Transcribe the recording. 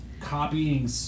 copying